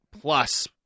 plus